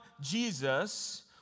Jesus